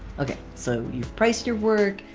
okay so you've priced your work,